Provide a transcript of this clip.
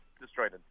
Destroyed